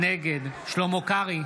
נגד שלמה קרעי,